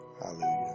Hallelujah